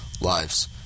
lives